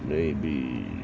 maybe